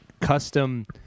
custom